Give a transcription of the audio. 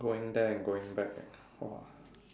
going there and going back !whoa!